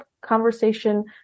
conversation